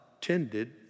tended